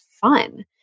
fun